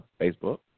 Facebook